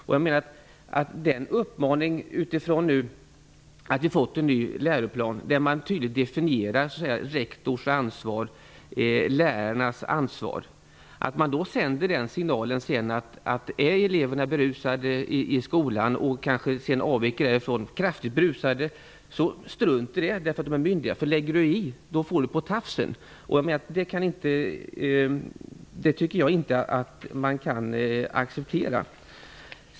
Vi har nu fått en ny läroplan, där man tydligt definierar rektors och lärares ansvar, och jag tycker inte att man kan acceptera en signal om att om eleverna är berusade i skolan och kanske avviker därifrån kraftigt berusade, skall man inte lägga sig i det, eftersom man kan få ovett för detta.